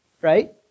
Right